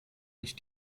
ich